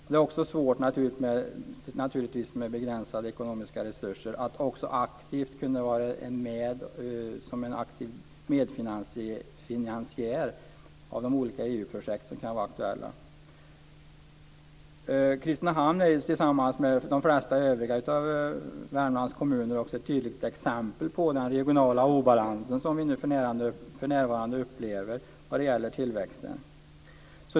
Det är också svårt att med begränsade ekonomiska resurser vara med som aktiv medfinansiär av de olika EU-projekt som kan vara aktuella. Kristinehamn är, tillsammans med de flesta övriga Värmlandskommunerna, ett tydligt exempel på den regionala obalansen som vi för närvarande upplever vad gäller tillväxten.